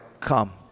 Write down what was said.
come